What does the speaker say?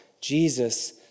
Jesus